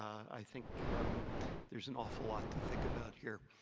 i think there's an awful lot to think about here.